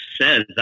says